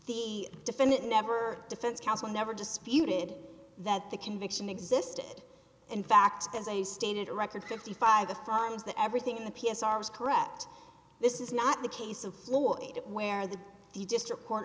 the defendant never defense counsel never disputed that the conviction existed in fact as i stated a record fifty five the fines that everything in the p s r was correct this is not the case of floyd where the the just report